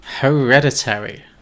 Hereditary